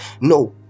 No